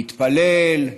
להתפלל,